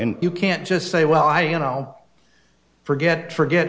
and you can't just say well i you know forget forget